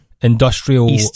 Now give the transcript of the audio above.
industrial